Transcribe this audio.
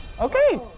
Okay